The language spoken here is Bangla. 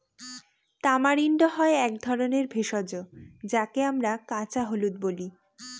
তামারিন্ড হয় এক ধরনের ভেষজ যাকে আমরা কাঁচা হলুদ বলি